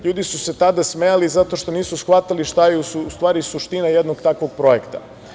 Ljudi su se tada smejali zato što nisu shvatali šta je u stvari suština jednog takvog projekta.